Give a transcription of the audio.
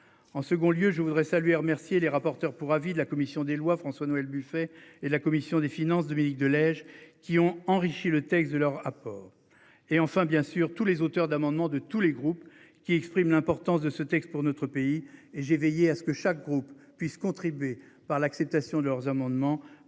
En second lieu, je voudrais saluer, remercier les rapporteurs pour avis de la commission des Lois François-Noël Buffet et la commission des finances Dominique de Lège qui ont enrichi le texte de leur accord. Et enfin bien sûr tous les auteurs d'amendements de tous les groupes qui exprime l'importance de ce texte pour notre pays et j'ai veillé à ce que chaque groupe puisse contribuer par l'acceptation de leurs amendements